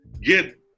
get